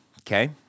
Okay